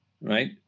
right